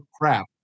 crap